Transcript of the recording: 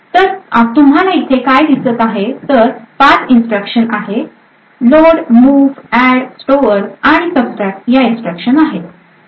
तर तुम्हाला इथे काय दिसत आहे तर पाच इन्स्ट्रक्शन आहे लोडमुव ऍड स्टोअर आणि सबट्रॅक्ट या इन्स्ट्रक्शन आहेत